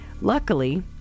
luckily